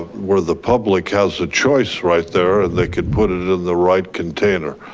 where the public has the choice right there, they can put it it in the right container.